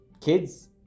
kids